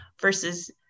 versus